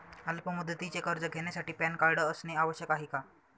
अल्प मुदतीचे कर्ज घेण्यासाठी पॅन कार्ड असणे आवश्यक आहे का?